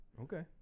Okay